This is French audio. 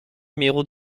numéro